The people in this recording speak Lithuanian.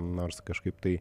nors kažkaip tai